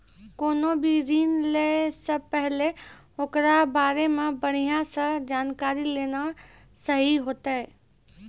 कोनो भी ऋण लै से पहिले ओकरा बारे मे बढ़िया से जानकारी लेना सही होतै